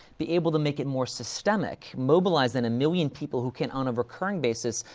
be able to make it more systemic, mobilize then, a million people who can, on a recurring basis,